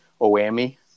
oami